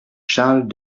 charles